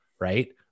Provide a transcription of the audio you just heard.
right